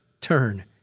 turn